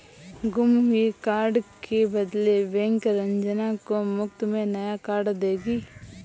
गुम हुए कार्ड के बदले बैंक रंजना को मुफ्त में नया कार्ड देगी